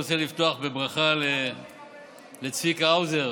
אני רוצה לפתוח בברכה לצביקה האוזר